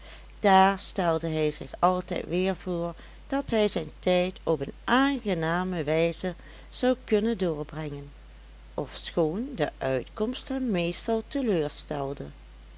daar stelde hij zich altijd weer voor dat hij zijn tijd op een aangename wijze zou kunnen doorbrengen ofschoon de uitkomst hem meestal teleurstelde